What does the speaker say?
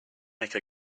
make